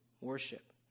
worship